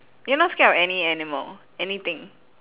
you're not scared of any animal anything